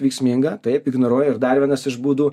veiksminga taip ignoruoji ir dar vienas iš būdų